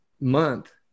month